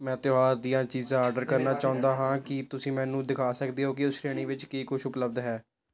ਮੈਂ ਤਿਉਹਾਰ ਦੀਆਂ ਚੀਜ਼ਾਂ ਆਰਡਰ ਕਰਨਾ ਚਾਹੁੰਦਾ ਹਾਂ ਕੀ ਤੁਸੀਂ ਮੈਨੂੰ ਦਿਖਾ ਸਕਦੇ ਹੋ ਕਿ ਉਸ ਸ਼੍ਰੇਣੀ ਵਿੱਚ ਕੀ ਕੁਛ ਉਪਲੱਬਧ ਹੈ